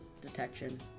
Detection